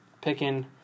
picking